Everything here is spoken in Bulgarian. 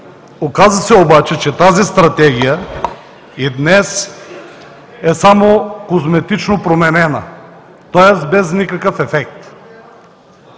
Оказа се обаче, че тази Стратегия и днес е само козметично променена, тоест, без никакъв ефект.